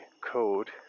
code